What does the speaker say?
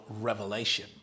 revelation